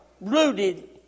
rooted